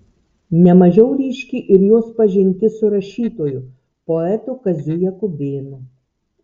ne mažiau ryški ir jos pažintis su rašytoju poetu kaziu jakubėnu